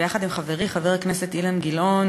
יחד עם חברי חבר הכנסת אילן גילאון,